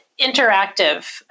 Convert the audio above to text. interactive